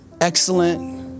excellent